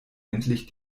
endlich